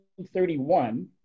1931